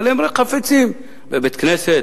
אבל הם חפצים בבית-כנסת,